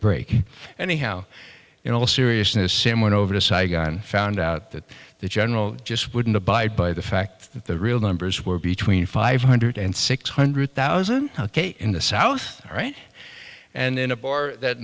break anyhow in all seriousness sam went over to saigon found out that the general just wouldn't abide by the fact that the real numbers were between five hundred and six hundred thousand in the south right and in a bar that